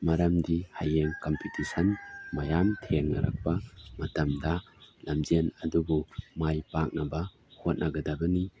ꯃꯔꯝꯗꯤ ꯍꯌꯦꯡ ꯀꯝꯄꯤꯇꯤꯁꯟ ꯃꯌꯥꯝ ꯊꯦꯡꯅꯔꯛꯄ ꯃꯇꯝꯗ ꯂꯝꯖꯦꯜ ꯑꯗꯨꯕꯨ ꯃꯥꯏ ꯄꯥꯛꯅꯕ ꯍꯣꯠꯅꯒꯗꯕꯅꯤ